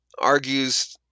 argues